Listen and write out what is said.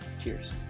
Cheers